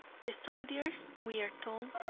the soldiers, we are told,